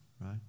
Right